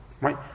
right